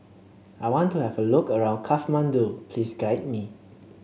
I want to have a look around Kathmandu please guide me